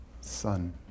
son